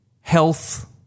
health